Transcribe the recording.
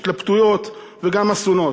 התלבטויות וגם אסונות.